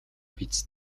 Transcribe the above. биз